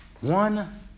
One